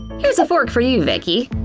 here's a fork for you, vicki.